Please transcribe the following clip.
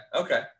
Okay